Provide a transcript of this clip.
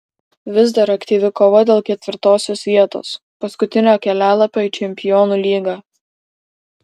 vis dar aktyvi kova dėl ketvirtosios vietos paskutinio kelialapio į čempionų lygą